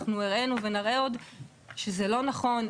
אנחנו הראינו ונראה עוד שזה לא נכון,